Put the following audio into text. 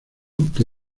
que